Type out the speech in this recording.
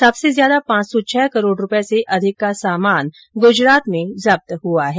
सबसे ज्यादा पांच सौ छह करोड रूपये से अधिक का सामान गजरात में जब्त हआ है